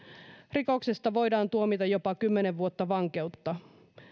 rikoksesta voidaan tuomita jopa kymmenen vuotta vankeutta